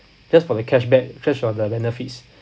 just for the cashback just for the benefits